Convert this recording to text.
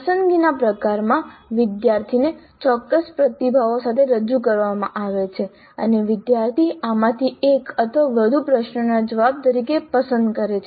પસંદગીના પ્રકારમાં વિદ્યાર્થીને ચોક્કસ પ્રતિભાવો સાથે રજૂ કરવામાં આવે છે અને વિદ્યાર્થી આમાંથી એક અથવા વધુ પ્રશ્નોના જવાબ તરીકે પસંદ કરે છે